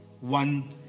One